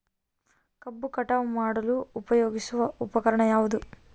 ಕಬ್ಬು ಕಟಾವು ಮಾಡಲು ಉಪಯೋಗಿಸುವ ಉಪಕರಣ ಯಾವುದು?